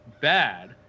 bad